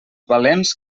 valents